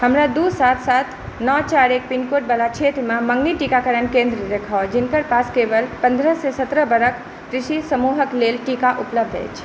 हमरा दू सात सात नओ चारि एक पिनकोड बला क्षेत्रमे मँगनी टीकाकरण केंद्र देखाउ जिनकर पास केवल पन्द्रह से सत्रह बरख कृषि समूहक लेल टीका उपलब्ध अछि